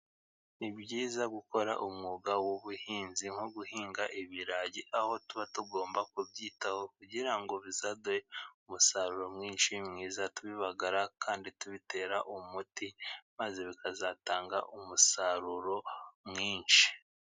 Ni byiza gukora umwuga w'ubuhinzi; nko guhinga ibirayi, aho tuba tugomba kubyitaho kugira ngo bizaduhe umusaruro mwinshi, mwiza, tubibaga kandi tubitera umuti, maze bikazatanga umusaruro mwinshi.